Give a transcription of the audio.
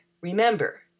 remember